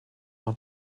nach